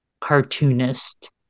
cartoonist